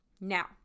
Now